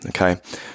Okay